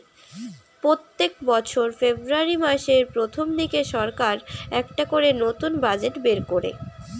পোত্তেক বছর ফেব্রুয়ারী মাসের প্রথম দিনে সরকার একটা করে নতুন বাজেট বের কোরে